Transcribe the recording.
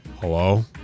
hello